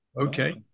Okay